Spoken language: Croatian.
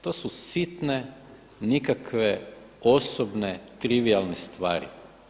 To su sitne, nikakve osobne trivijalne stvari.